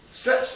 stretch